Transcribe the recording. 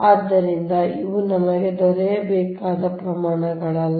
ಆದ್ದರಿಂದ ಇವು ನಮಗೆ ದೊರೆಯಬೇಕಾದ ಪ್ರಮಾಣಗಳಲ್ಲ